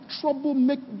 troublemaker